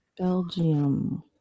belgium